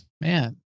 Man